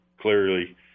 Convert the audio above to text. clearly